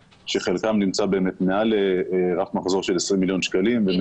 שחלקם נמצא מעל רף מחזור של 20 מיליון שקלים ונמצאים במצוקה.